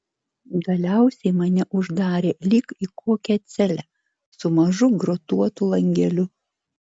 galiausiai mane uždarė lyg į kokią celę su mažu grotuotu langeliu